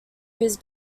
his